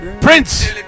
Prince